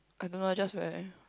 I don't know I just very